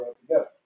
together